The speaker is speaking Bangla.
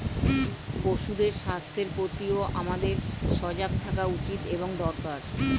পশুদের স্বাস্থ্যের প্রতিও আমাদের সজাগ থাকা উচিত এবং দরকার